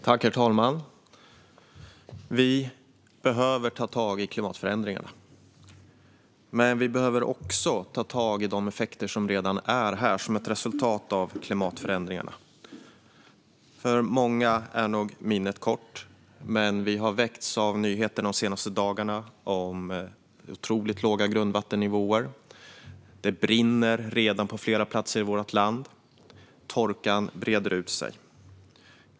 Herr talman! Vi behöver ta tag i klimatförändringarna. Men vi behöver också ta tag i de effekter som redan är här som ett resultat av klimatförändringarna. För många är nog minnet kort. Men vi har väckts av nyheterna de senaste dagarna om otroligt låga grundvattennivåer. Det brinner redan på flera platser i vårt land. Torkan breder ut sig.